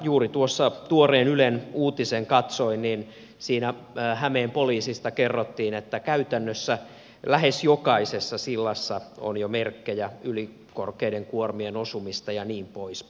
juuri tuossa tuoreen ylen uutisen katsoin ja siinä hämeen poliisista kerrottiin että käytännössä lähes jokaisessa sillassa on jo merkkejä ylikorkeiden kuormien osumista ja niin poispäin